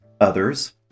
Others